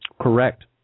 Correct